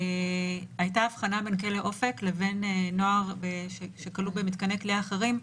הייתה הבחנה בין כלא אופק לבין נוער שכלוא במתקני כליאה אחרים.